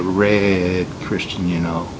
a re a christian you know